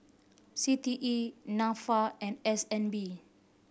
C T E Nafa and S N B